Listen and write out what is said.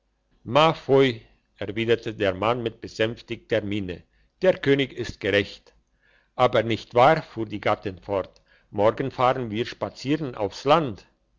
erwiderte der mann mit besänftigter miene der könig ist gerecht aber nicht wahr fuhr die gattin fort morgen fahren wir spazieren aufs land